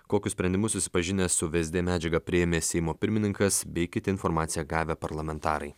kokius sprendimus susipažinęs su vsd medžiaga priėmė seimo pirmininkas bei kiti informaciją gavę parlamentarai